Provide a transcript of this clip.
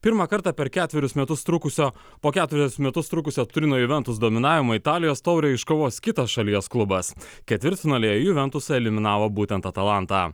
pirmą kartą per ketverius metus trukusio po keturis metus trukusio turino juventus dominavimo italijos taurę iškovos kitos šalies klubas ketvirtfinalyje juventus eliminavo būtent atlantą